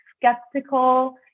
skeptical